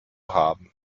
haben